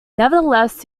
nevertheless